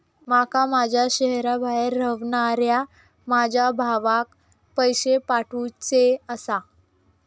माका माझ्या शहराबाहेर रव्हनाऱ्या माझ्या भावाक पैसे पाठवुचे आसा